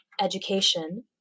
education